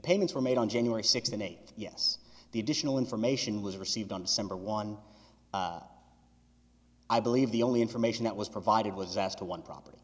payments were made on january sixth and eight yes the additional information was received on summer one i believe the only information that was provided was asked to one property